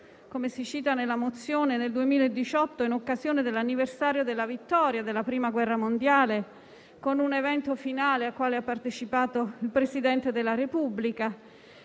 ricordato nella mozione, del 2018, in occasione dell'anniversario della vittoria nella Prima guerra mondiale, con un evento finale al quale ha partecipato il Presidente della Repubblica.